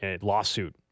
lawsuit